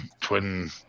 twin